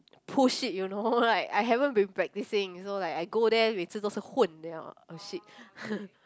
push it you know like I haven't been practicing so like I go there 为此都是混 !oh shit!